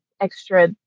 extra